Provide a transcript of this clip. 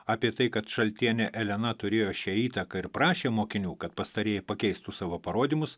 apie tai kad šaltienė elena turėjo šią įtaką ir prašė mokinių kad pastarieji pakeistų savo parodymus